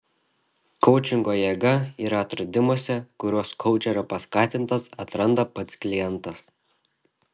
koučingo jėga yra atradimuose kuriuos koučerio paskatintas atranda pats klientas